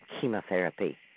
chemotherapy